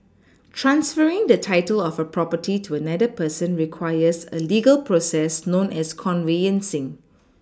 transferring the title of a property to another person requires a legal process known as conveyancing